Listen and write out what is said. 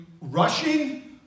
rushing